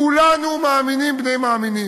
כולנו מאמינים בני מאמינים.